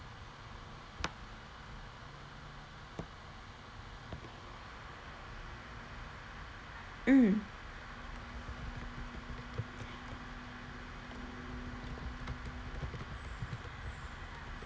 mm